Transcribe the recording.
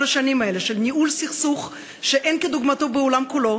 השנים האלה של ניהול סכסוך שאין כדוגמתו בעולם כולו.